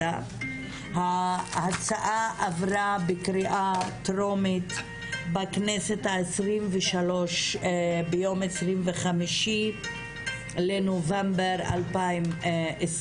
ההצעה עברה בקריאה טרומית בכנסת ה-23 ביום 25 בנובמבר 2020,